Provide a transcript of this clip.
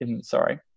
sorry